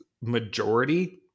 majority